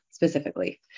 Specifically